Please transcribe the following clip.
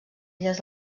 illes